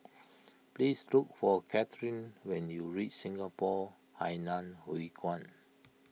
please look for Kathryn when you reach Singapore Hainan Hwee Kuan